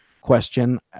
question